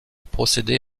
procédé